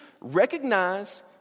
recognize